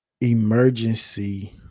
emergency